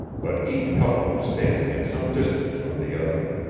but each couple was standing at some distance from the other.